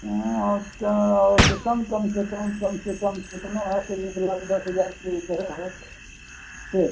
हाँ क्या और से कम कम से कम कम से कम कितना है तो एक लाख दस हज़ार के ऊपर है सेट